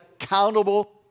accountable